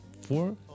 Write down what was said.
four